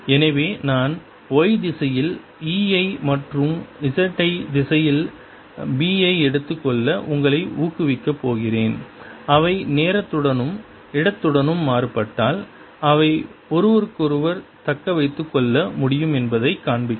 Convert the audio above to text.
எனவே நான் y திசையில் E ஐ மற்றும் z திசையில் B எடுத்து கொள்ள உங்களை ஊக்குவிக்கப் போகிறேன் அவை நேரத்துடனும் இடத்துடனும் மாறுபட்டால் அவை ஒருவருக்கொருவர் தக்கவைத்துக்கொள்ள முடியும் என்பதைக் காண்பிக்கும்